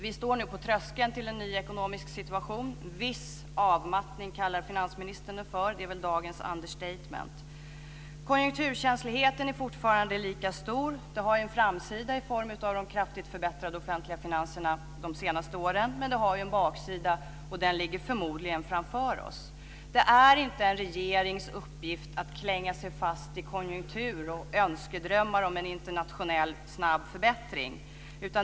Vi står nu på tröskeln till en ny ekonomisk situation. Finansministern kallar det för en viss avmattning. Det är väl dagens understatement. Konjunkturkänsligheten är fortfarande lika stor. Det har en framsida i form av de kraftigt förbättrade offentliga finanserna de senaste åren, men det har ju en baksida som förmodligen ligger framför oss. Det är inte en regerings uppgift att klänga sig fast i konjunktur och önskedrömmar om en snabb internationell förbättring.